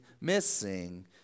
missing